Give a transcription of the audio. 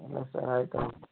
ಇಲ್ಲ ಸರ್ ಆಯ್ತು ಆಯ್ತು